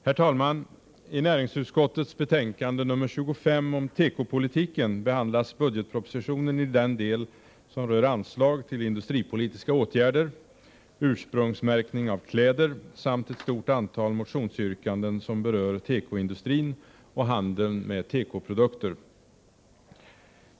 Herr talman! I näringsutskottets betänkande nr 25 om tekopolitiken behandlas budgetpropositionen i den del som rör anslag till industripolitiska åtgärder, ursprungsmärkning av kläder samt ett stort antal motionsyrkanden som berör tekoindustrin och handeln med tekoprodukter.